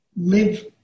live